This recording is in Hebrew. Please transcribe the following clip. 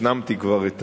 הפנמתי כבר את